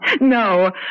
No